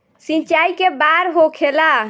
सिंचाई के बार होखेला?